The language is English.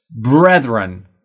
brethren